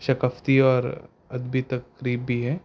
ثقافتی اور ادبی تفریح بھی ہے